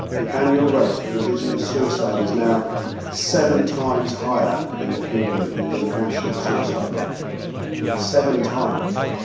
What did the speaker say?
the annual rate of indigenous suicide is now seven times higher in the kimberley than the national suicide rate seven times!